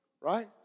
Right